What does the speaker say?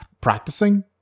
practicing